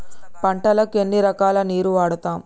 పంటలకు ఎన్ని రకాల నీరు వాడుతం?